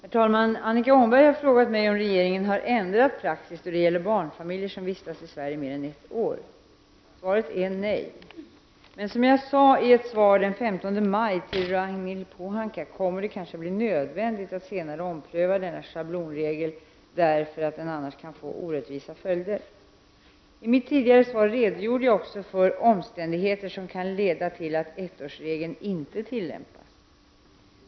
Herr talman! Annika Åhnberg har frågat mig om regeringen har ändrat praxis då det gäller barnfamiljer som vistats i Sverige mer än ett år. Svaret är nej. Som jag sade i ett svar den 15 maj till Ragnhild Pohanka kommer det kanske att bli nödvändigt att senare ompröva denna schablonregel, därför att den annars kan få orättvisa följder. I mitt tidigare svar redogjorde jag också för omständigheter som kan leda till att ettårsregeln inte tillämpas.